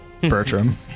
Bertram